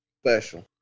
special